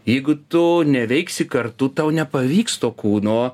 jeigu tu neveiksi kartu tau nepavyks to kūno